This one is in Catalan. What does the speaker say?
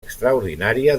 extraordinària